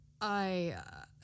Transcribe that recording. I